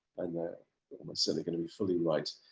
and they so they're going to be fully right.